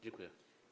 Dziękuję.